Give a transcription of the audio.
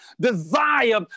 desire